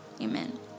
amen